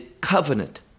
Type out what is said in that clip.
covenant